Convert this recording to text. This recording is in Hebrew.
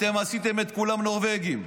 אתם עשיתם את כולם נורבגים.